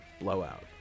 blowout